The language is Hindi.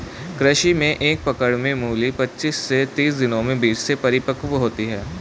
कृषि में एक पकड़ में मूली पचीस से तीस दिनों में बीज से परिपक्व होती है